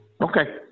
Okay